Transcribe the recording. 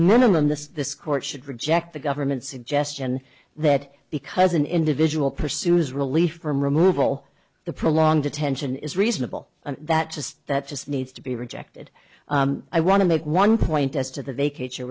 minimum this this court should reject the government's suggestion that because an individual pursues relief from removal the prolonged detention is reasonable and that just that just needs to be rejected i want to make one point as to the vacat